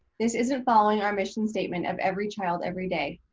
this isn't following our mission statement of every child, every day.